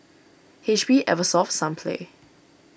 H P Eversoft Sunplay